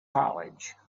college